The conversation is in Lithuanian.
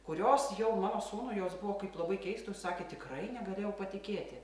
kurios jau mano sūnui jos buvo kaip labai keistos sakė tikrai negalėjau patikėti